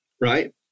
right